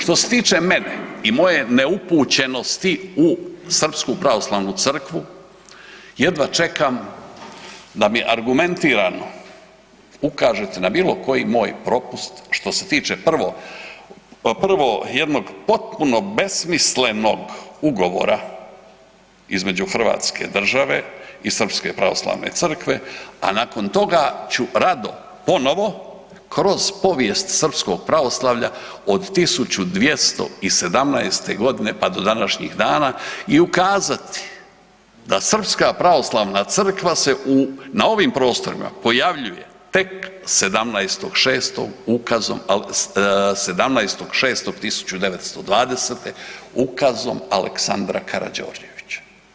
Što se tiče mene i moje neupućenosti u srpsku pravoslavnu crkvu jedva čekam da mi argumentirano ukažemo na bilo koji moj propust što se tiče prvo, jednog potpuno besmislenog ugovora između Hrvatske države i srpske pravoslavne crkve, a nakon toga ću rado ponovo kroz povijest srpskog pravoslavlja od 1217.g. pa do današnjih dana i ukazati da srpska pravoslavna crkva se na ovim prostorima pojavljuje tek 17.6.1920. ukazom Aleksandra Karađorđevića.